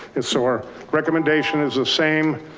and so our recommendation is the same.